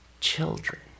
Children